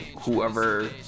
whoever